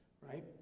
right